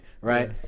right